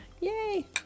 Yay